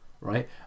right